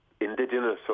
indigenous